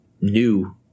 new